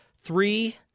three